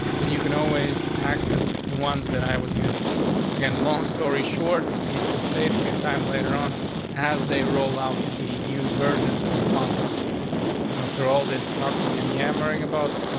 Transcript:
but you can always access the ones that i was using again. a long story short. it just saves me and time later on as they roll out the new versions on phantasm. after all this talking and yammering about